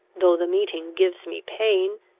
though the meeting gives me pain,